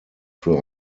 für